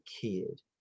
kid